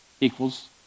equals